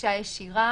גישה ישירה